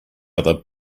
other